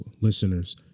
listeners